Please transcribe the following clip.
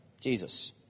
Jesus